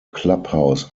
clubhouse